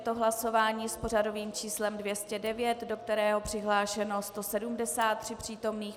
Je to hlasování s pořadovým číslem 209, do kterého je přihlášeno 173 přítomných.